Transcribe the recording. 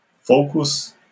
focus